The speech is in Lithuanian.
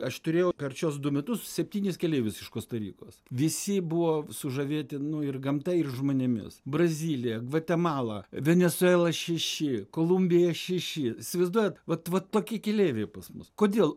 aš turėjau per šiuos du metus septynis keleivius iš kosta rikos visi buvo sužavėti nu ir gamta ir žmonėmis brazilija gvatemala venesuela šeši kolumbija šeši įsivaizduojat vat vat tokie keleiviai pas mus kodėl